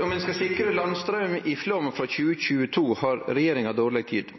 Om ein skal sikre landstraum i Flåm frå 2022, har regjeringa dårleg tid.